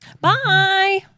bye